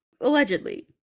Allegedly